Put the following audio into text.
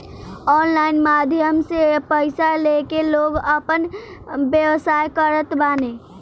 online माध्यम से पईसा लेके लोग आपन व्यवसाय करत बाने